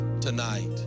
tonight